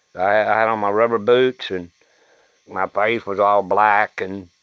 i had on my rubber boots and my face was all black and